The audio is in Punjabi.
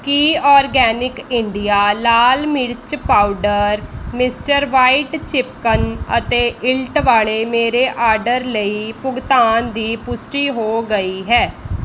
ਕੀ ਔਰਗੈਨਿਕ ਇੰਡੀਆ ਲਾਲ ਮਿਰਚ ਪਾਊਡਰ ਮਿਸਟਰ ਵਾਈਟ ਚਿਪਕਨ ਅਤੇ ਇਲਟ ਵਾਲੇ ਮੇਰੇ ਆਰਡਰ ਲਈ ਭੁਗਤਾਨ ਦੀ ਪੁਸ਼ਟੀ ਹੋ ਗਈ ਹੈ